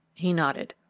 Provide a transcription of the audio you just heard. he nodded.